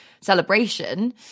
celebration